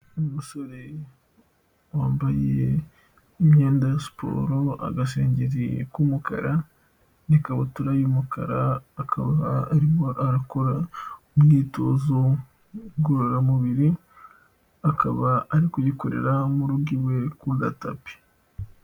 Umusore wambaye imyenda ya siporo, agasengeri k'umukara n'ikabutura y'umukara akaba arimo arakora umwitozo ngororamubiri, akaba ari kuyikorera mu rugo iwe ku gatapi.